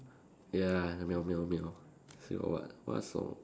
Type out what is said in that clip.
ya the meow meow meow still got what what song